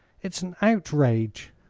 it's an outrage!